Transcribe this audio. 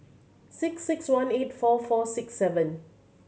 six six one eight four four six seven